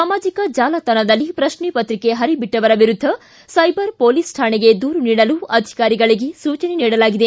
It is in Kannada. ಸಾಮಾಜಿಕ ಜಾಲತಾಣದಲ್ಲಿ ಪ್ರಶ್ನೆ ಪತ್ರಿಕೆ ಹರಿಬಿಟ್ಟವರ ವಿರುದ್ದ ಸೈಬರ್ ಪೊಲೀಸ್ ಠಾಣೆಗೆ ದೂರು ನೀಡಲು ಅಧಿಕಾರಿಗಳಿಗೆ ಸೂಚನೆ ನೀಡಲಾಗಿದೆ